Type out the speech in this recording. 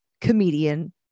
Comedian